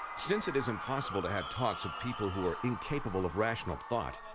since it is impossible to have talks with people who are incapable of rational thought,